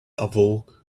awoke